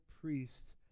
priest